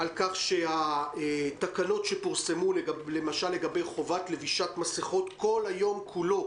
על כך שהתקנות שפורסמו למשל לגבי חובת לבישת מסכות כל היום כולו